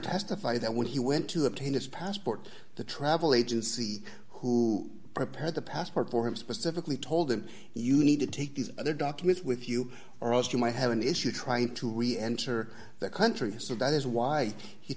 testified that when he went to obtain his passport to travel agency who prepared the passport for him specifically told him you need to take these other documents with you or else you might have an issue trying to we enter that country so that is why he